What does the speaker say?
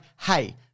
hey